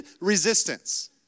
resistance